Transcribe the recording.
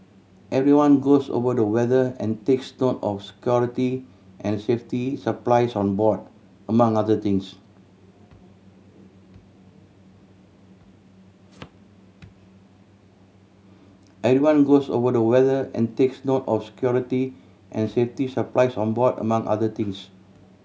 everyone goes over the weather and takes note of security and safety supplies on board among other things everyone goes over the weather and takes note of security and safety supplies on board among other things